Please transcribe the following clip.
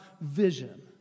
vision